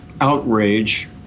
outrage